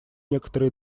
некоторые